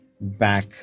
back